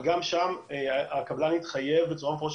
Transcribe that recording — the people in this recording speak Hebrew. אבל גם שם הקבלן התחייב בצורה מפורשת,